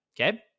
Okay